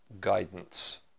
guidance